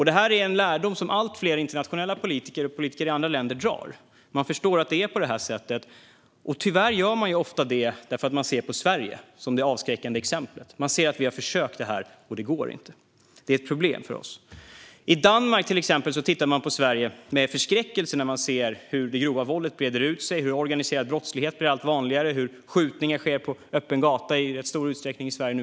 Det är en lärdom som allt fler internationella politiker drar. Man förstår att det är på det sättet. Tyvärr gör man ofta det eftersom man ser på Sverige som det avskräckande exemplet. Man ser att vi har försökt med det och att det inte går. Det är ett problem för oss. I till exempel Danmark tittar man med förskräckelse på Sverige när man ser att det grova våldet breder ut sig, att organiserad brottslighet blir allt vanligare och att skjutningar numera sker på öppen gata i ganska stor utsträckning i Sverige.